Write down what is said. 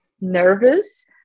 nervous